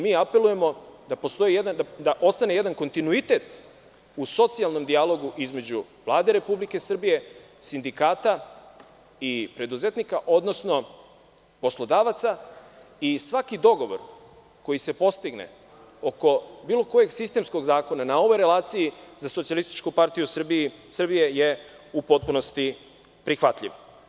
Mi apelujemo da ostane jedan kontinuitet u socijalnom dijalogu između Vlade Republike Srbije, sindikata i preduzetnika, odnosno poslodavaca, i svaki dogovor koji se postigne oko bilo kojeg sistemskog zakona na ovoj relaciji za SPS je u potpunosti prihvatljiv.